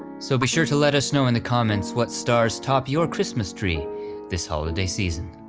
so be sure to let us know in the comments what stars top your christmas tree this holiday season.